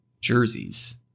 jerseys